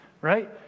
Right